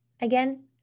Again